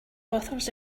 authors